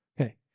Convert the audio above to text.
Okay